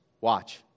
Watch